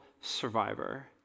survivor